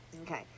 okay